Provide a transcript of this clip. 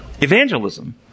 evangelism